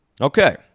Okay